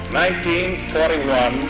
1941